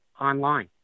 online